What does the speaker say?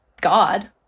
God